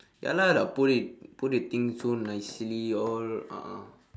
ya lah like put it put the thing so nicely all a'ah